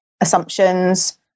assumptions